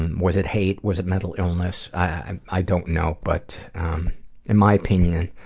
um was it hate? was it mental illness? i i don't know, but in my opinion,